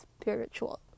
spiritual